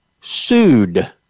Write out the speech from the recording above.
sued